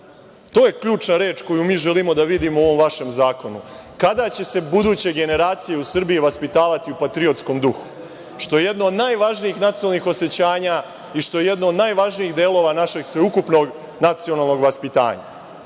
To je ključna reč koju mi želimo da vidimo u ovom vašem zakonu. Kada će se buduće generacije u Srbiji vaspitavati u patriotskom duhu, što je jedno od najvažnijih nacionalnih osećanja i što je jedno od najvažnijih delova našeg sveukupnog nacionalnog vaspitanja. Ne